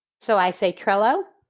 so i say trello.